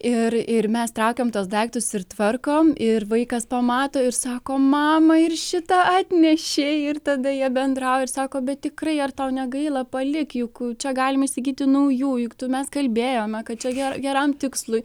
ir ir mes traukėm tuos daiktus ir tvarkom ir vaikas pamato ir sako mama ir šitą atnešei ir tada jie bendrauja ir sako bet tikrai ar tau negaila palik juk čia galim įsigyti naujų juk tu mes kalbėjome kad čia ger geram tikslui